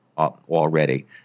Already